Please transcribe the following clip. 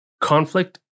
conflict